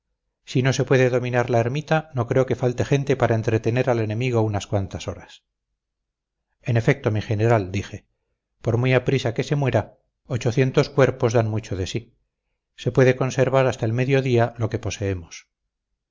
si no se puede dominar la ermita no creo que falte gente para entretener al enemigo unas cuantas horas en efecto mi general dije por muy aprisa que se muera ochocientos cuerpos dan mucho de sí se puede conservar hasta el medio día lo que poseemos